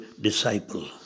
disciple